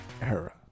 era